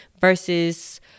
versus